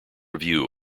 view